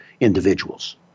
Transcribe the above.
individuals